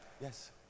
Yes